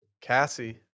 cassie